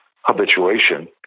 habituation